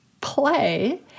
play